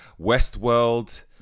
Westworld